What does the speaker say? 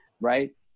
right